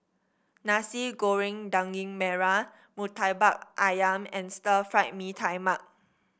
Nasi Goreng Daging Merah murtabak ayam and Stir Fry Mee Tai Mak